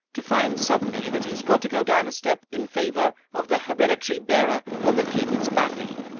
to find suddenly that he has got to go down a step in favour of the hereditary bearer of the king's baffy.